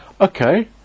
Okay